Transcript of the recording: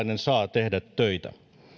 tehdä töitä